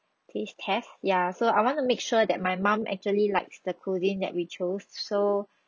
taste test ya so I want to make sure that my mom actually likes the cuisine that we choose so